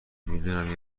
میدونم